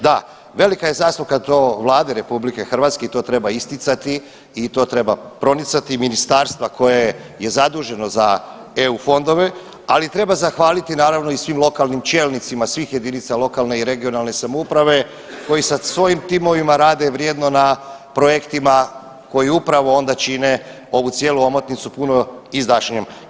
Da, velika je zasluga to Vlade RH i to treba isticati i to treba pronicati, ministarstva koje je zaduženo za EU fondove, ali treba zahvaliti i naravno i svim lokalnim čelnicima svih jedinica lokalne i regionalne samouprave koji sa svojim timovima rade vrijedno na projektima koji upravo onda čine ovu cijelu omotnicu puno izdašnijom.